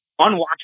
unwatchable